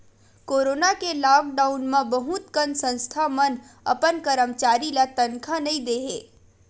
corona के lockdown म बहुत कन संस्था मन अपन करमचारी ल तनखा नइ दे हे